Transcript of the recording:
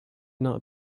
not